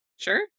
sure